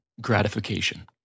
gratification